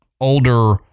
older